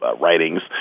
writings